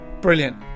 Brilliant